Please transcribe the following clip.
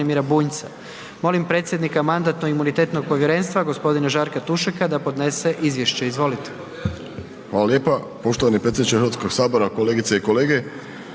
Bunjca. Molim predsjednika Mandatno-imunitetnog povjerenstva gospodina Žarka Tušeka da podnese izvješće. Izvolite. **Tušek, Žarko (HDZ)** Hvala lijepa. Poštovani predsjedniče Hrvatskog sabora, kolegice i kolege